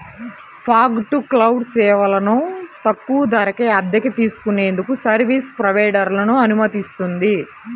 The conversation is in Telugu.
ఫాగ్ టు క్లౌడ్ సేవలను తక్కువ ధరకే అద్దెకు తీసుకునేందుకు సర్వీస్ ప్రొవైడర్లను అనుమతిస్తుంది